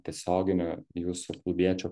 tiesioginio jūsų klubiečio